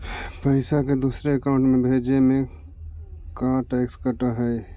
पैसा के दूसरे के अकाउंट में भेजें में का टैक्स कट है?